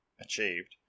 achieved